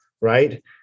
right